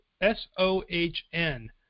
S-O-H-N